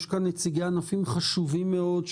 יש כאן נציגי ענפים חשובים מאוד,